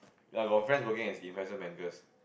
ya got friends working as investment bankers